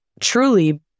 truly